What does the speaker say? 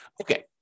Okay